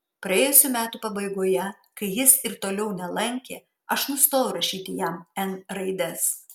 praėjusių metų pabaigoje kai jis ir toliau nelankė aš nustojau rašyti jam n raides